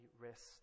rest